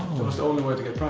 was the only way to get